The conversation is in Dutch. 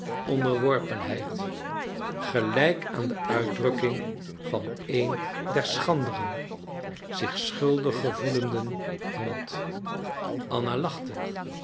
onderworpenheid gelijk aan de uitdrukking van een schranderen zich schuldig gevoelenden hond anna lachte